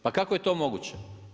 Pa kako je to moguće?